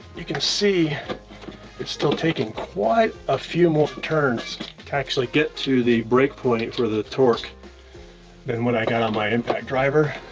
you can see it's still taking quite a few more turns to actually get to the break point for the torque than what i got on my impact driver.